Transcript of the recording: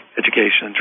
education